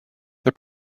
the